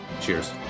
Cheers